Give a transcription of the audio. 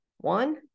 One